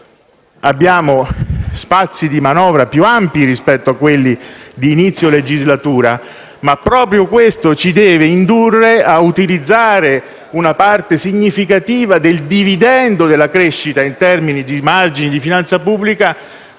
Abbiamo spazi di manovra più ampi rispetto a quelli di inizio legislatura, ma proprio questo ci deve indurre a utilizzare una parte significativa del dividendo della crescita in termini di margini di finanza pubblica